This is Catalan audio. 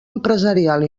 empresarial